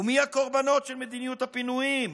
ומי הקורבנות של מדיניות הפינויים,